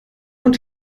und